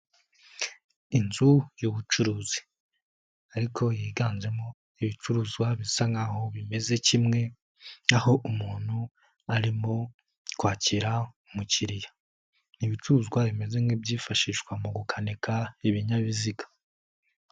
Inzu y'ubucuruzi ariko yiganjemo ibicuruzwa bisa nk'aho bimeze kimwe, aho umuntu arimo kwakira umukiriya. Ni ibicuruzwa bimeze nk'ibyifashishwa mu gukanika ibinyabiziga.